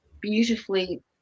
beautifully